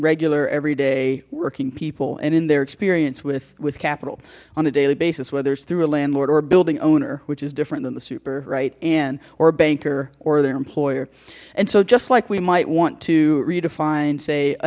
regular everyday working people and in their experience with with capital on a daily basis whether it's through a landlord or a building owner which is different than the super right and or banker or their employer and so just like we might want to redefine say a